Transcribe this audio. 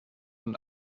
und